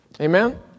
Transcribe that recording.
Amen